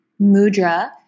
mudra